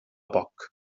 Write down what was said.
poc